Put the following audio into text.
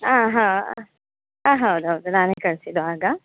ಹಾಂ ಹಾಂ ಹಾಂ ಹೌದು ಹೌದು ನಾನೇ ಕಳ್ಸಿದ್ದು ಆಗ